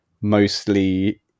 mostly